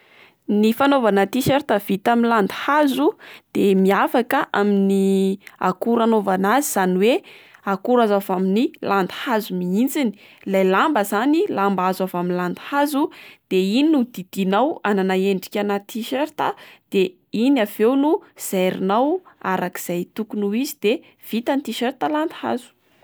Ny fanaovana t-shirt vita amin'ny landy hazo de miavaka amin'ny akora anaovana azy izany oe akora azo avy amin'ny landy hazo mihitsiny, ilay lamba zany lamba azo avy amin'ny landy hazo de iny no didinao anana endrikana t-shirt de iny aveo no zairinao arak'izay tokony ho izy de vita ny t-shirt landy hazo.